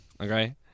Okay